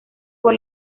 por